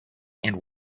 and